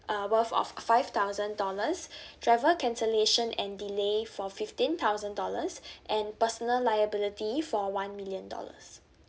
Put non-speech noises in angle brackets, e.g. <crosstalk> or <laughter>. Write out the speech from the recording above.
uh worth of five thousand dollars <breath> travel cancellation and delay for fifteen thousand dollars <breath> and personal liability for one million dollars